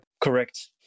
Correct